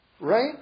right